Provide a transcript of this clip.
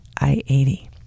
I-80